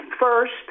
first